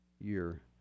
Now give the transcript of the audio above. year